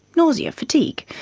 nausea, fatigue.